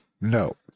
no